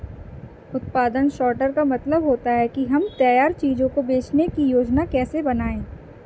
उत्पादन सॉर्टर का मतलब होता है कि हम तैयार चीजों को बेचने की योजनाएं कैसे बनाएं